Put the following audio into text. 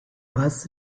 bus